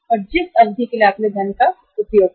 जिस अवधि के लिए अपने धन का उपयोग किया है